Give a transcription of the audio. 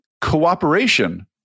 cooperation